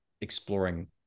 exploring